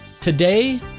Today